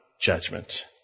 Judgment